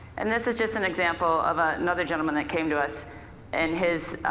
and this is just an example of ah another gentleman that came to us and his,